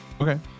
Okay